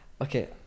okay